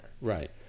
Right